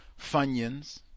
Funyuns